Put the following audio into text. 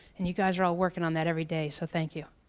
and you guys are ah working on that every day, so thank you.